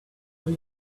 will